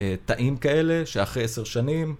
טעים כאלה שאחרי עשר שנים